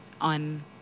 on